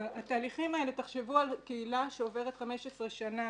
התהליכים האלה, תחשבו על קהילה שעוברת 15 שנה